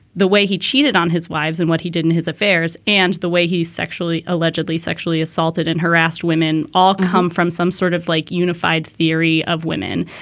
the way he cheated on his wives and what he did in his affairs and the way he sexually, allegedly sexually assaulted and harassed women all come from some sort of like unified theory of women.